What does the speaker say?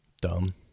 Dumb